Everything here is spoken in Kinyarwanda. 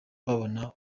babona